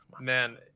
Man